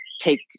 take